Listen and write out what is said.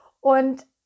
Und